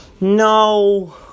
No